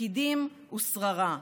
תפקידים ושררה.